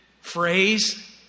phrase